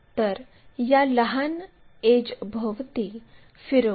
तर या लहान एड्ज भोवती फिरवू